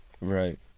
Right